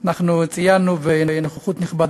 אני מתכבד